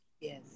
Yes